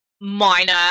minor